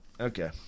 Okay